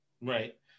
Right